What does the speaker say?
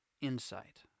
insight